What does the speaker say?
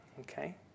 Okay